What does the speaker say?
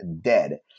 dead